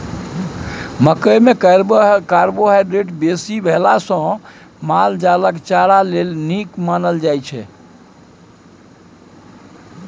मकइ मे कार्बोहाइड्रेट बेसी भेला सँ माल जालक चारा लेल नीक मानल जाइ छै